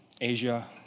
Asia